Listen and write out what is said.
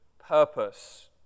purpose